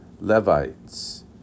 Levites